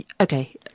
okay